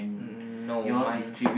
no mine's